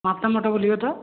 ମାତାମଠ ବୁଲିବେ ତ